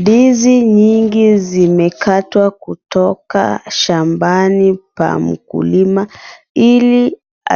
Ndizi nyingi zimekatwa, kutoka shambani pa mkulima, ili